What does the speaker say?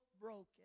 broken